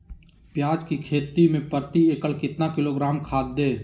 प्याज की खेती में प्रति एकड़ कितना किलोग्राम खाद दे?